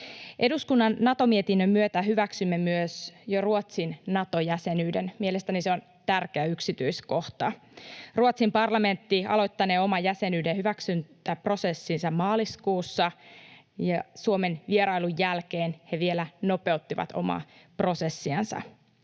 Eduskunnan Nato-mietinnön myötä hyväksymme myös Ruotsin Nato-jäsenyyden. Mielestäni se on tärkeä yksityiskohta. Ruotsin parlamentti aloittanee oman jäsenyydenhyväksyntäprosessinsa maaliskuussa. Suomen vierailun jälkeen he vielä nopeuttivat omaa prosessiansa.